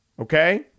Okay